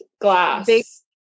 glass